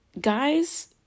Guys